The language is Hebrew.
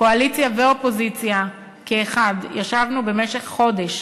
קואליציה ואופוזיציה כאחת ישבנו במשך חודש,